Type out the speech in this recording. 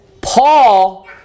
Paul